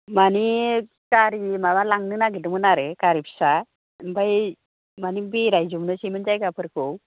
माने गारिनि माबा लांनो नागिरदोंमोन आरो गारि फिसा ओमफ्राय माने बेरायजोबनोसैमोन जायगाफोरखौ